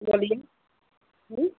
बोलिए हूँ